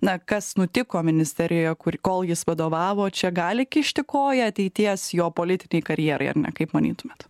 na kas nutiko ministerijoje kur kol jis vadovavo čia gali kišti koją ateities jo politinei karjerai ar ne kaip manytumėt